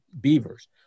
beavers